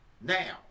now